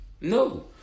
No